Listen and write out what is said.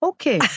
Okay